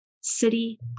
City